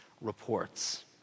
reports